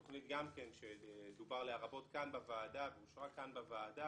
תוכנית שגם דובר עליה רבות כאן בוועדה ואושרה כאן בוועדה.